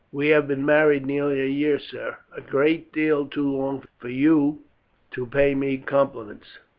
we have been married nearly a year, sir a great deal too long for you to pay me compliments.